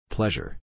Pleasure